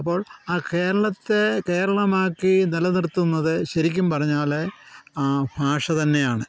അപ്പോൾ ആ കേരളത്തെ കേരളമാക്കി നിലനിർത്തുന്നത് ശരിക്കും പറഞ്ഞാൽ ആ ഭാഷ തന്നെയാണ്